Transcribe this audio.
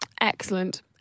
Excellent